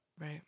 Right